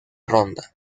ronda